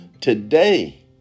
today